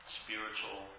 spiritual